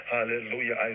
Hallelujah